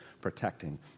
protecting